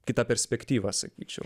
kitą perspektyvą sakyčiau